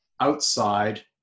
outside